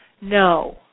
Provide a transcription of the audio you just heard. no